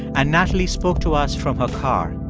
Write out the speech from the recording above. and natalie spoke to us from her car.